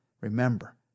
Remember